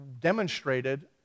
demonstrated